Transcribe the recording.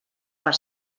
per